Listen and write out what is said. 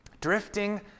Drifting